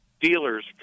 dealers